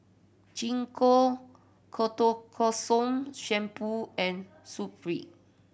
Gingko Ketoconazole Shampoo and Supravit